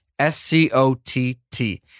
S-C-O-T-T